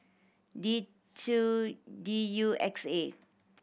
T two D U X A